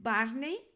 Barney